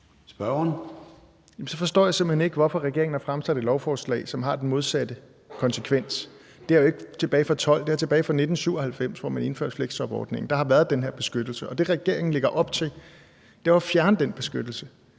så forstår jeg simpelt hen ikke, hvorfor regeringen har fremsat et lovforslag, som har den modsatte konsekvens. Det er jo ikke tilbage fra 2012, men det er tilbage fra 1997, hvor man indførte fleksjobordningen, at der har været den her beskyttelse. Og det, regeringen lægger op til, er jo at fjerne den beskyttelse